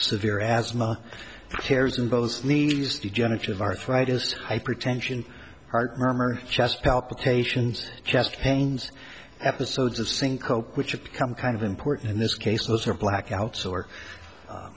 severe asthma tears in both knees degenerative arthritis hypertension heart murmur chest palpitations chest pains episodes of sync hope which have become kind of important in this case was her blackouts or